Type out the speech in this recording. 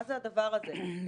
מה זה הדבר הזה,